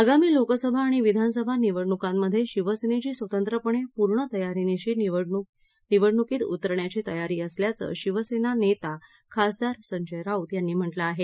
आगामी लोकसभा आणि विधानसभा निवडणुकांमध्ये शिवसेनेची स्वंतत्रपणे पूर्ण तयारीनिशी निवडणुकीत उतरण्याची तयारी असल्याचे शिवसेना नेता खासदार संजय राऊत यांनी म्हटलं आहे